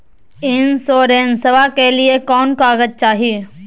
इंसोरेंसबा के लिए कौन कागज चाही?